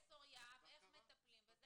אמר פרופ' יהב איך מטפלים בזה,